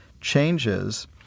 changes